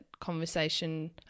conversation